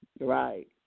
Right